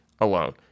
alone